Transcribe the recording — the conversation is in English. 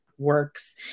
Works